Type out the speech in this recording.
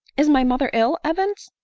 is my mother ill, evans?